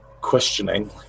Questioning